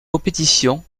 compétition